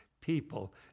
people